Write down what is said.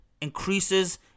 increases